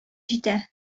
җитә